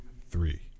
Three